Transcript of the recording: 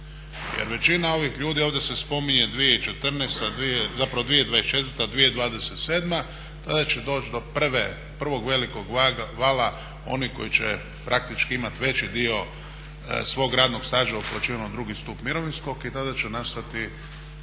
Jer većina ovih ljudi, ovdje se spominje 2014., zapravo 2024. i 2027., tada će doći do prvog velikog vala onih koji će praktički imati veći dio svog radnog staža uplaćivan u drugi stup mirovinskog i tada će nastati